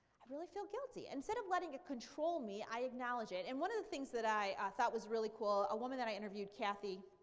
i really feel guilty. instead of letting it control me i acknowledge it. and one of the things that i thought was really cool, a woman that i interviewed, cathy